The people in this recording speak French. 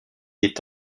est